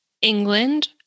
England